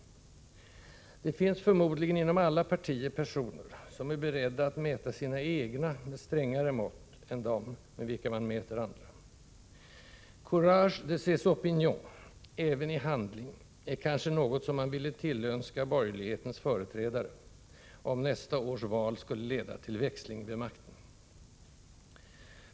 Det finns förmodligen inom alla partier personer som är beredda att mäta sina egna med strängare mått än dem med vilka man mäter andra. Courage de ses opinions — även i handling — är kanske något man ville tillönska borgerlighetens företrädare, om nästa års val skulle leda till växling vid makten.